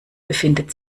befindet